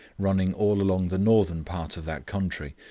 running all along the northern part of that country,